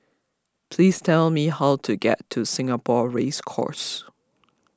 please tell me how to get to Singapore Race Course